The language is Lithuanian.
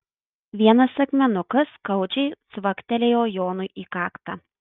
vienas akmenukas skaudžiai cvaktelėjo jonui į kaktą